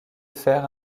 faire